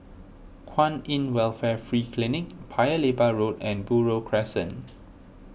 Kwan in Welfare Free Clinic Paya Lebar Road and Buroh Crescent